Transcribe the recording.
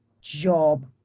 job